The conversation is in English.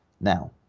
Now